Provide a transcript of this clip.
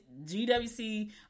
GWC